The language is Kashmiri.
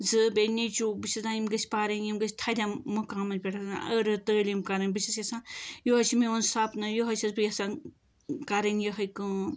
زٕ بیٚیہِ نیٚچوٗ بہٕ چھس دَپان یِم گٔژھۍ پَرٕنۍ یِم گٔژھۍ تھدٮ۪ن مقامن پٮ۪ٹھ أر أر تعلیٖم کَرٕنۍ بہٕ چھس یژھان یِہوے چھُ میون سَپنہٕ یِہوے چھس بہٕ یژھان کَرٕنۍ یِہٕے کٲم